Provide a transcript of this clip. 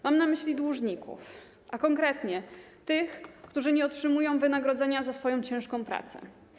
Mam na myśli dłużników, a konkretnie tych, którzy nie otrzymują wynagrodzenia za swoją ciężką pracę.